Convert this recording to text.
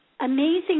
amazing